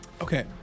Okay